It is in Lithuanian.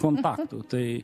kompaktų tai